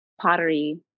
pottery